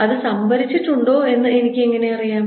അത് സംഭരിച്ചിട്ടുണ്ടോ എന്ന് എനിക്ക് എങ്ങനെ അറിയാം